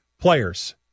players